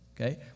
Okay